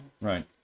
Right